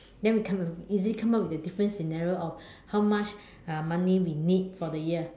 then we can easily come up with different scenario of how much uh money we need for the year